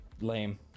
lame